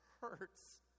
hurts